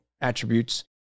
attributes